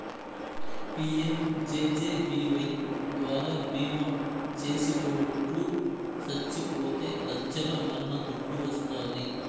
PMJJBY ద్వారా బీమా చేసిటోట్లు సచ్చిపోతే లచ్చల మరణ దుడ్డు వస్తాది